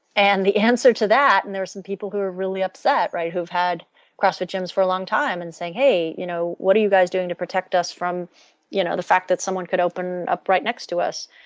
and the answer to that and there are some people who are really upset, who've had crossfit gyms for a long time and saying hey you know what are you guys doing to protect us from you know the fact that someone could open up right next to us.